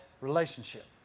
relationship